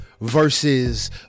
versus